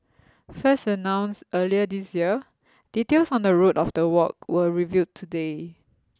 first announced earlier this year details on the route of the walk were revealed today